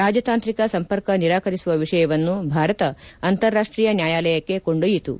ರಾಜತಾಂತ್ರಿಕ ಸಂಪರ್ಕ ನಿರಾಕರಿಸುವ ವಿಷಯವನ್ನು ಭಾರತ ಅಂತಾರಾಷ್ಟೀಯ ನ್ನಾಯಾಲಯಕ್ನೆ ಕೊಂಡೊಯ್ನಿತು